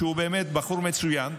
שהוא באמת בחור מצוין,